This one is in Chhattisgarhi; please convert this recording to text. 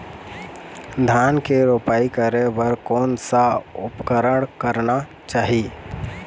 धान के रोपाई करे बर कोन सा उपकरण करना चाही?